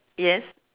yes